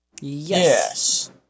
Yes